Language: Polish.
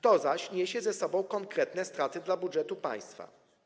To zaś niesie ze sobą konkretne straty dla budżetu państwa.